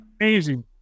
Amazing